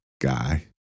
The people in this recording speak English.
guy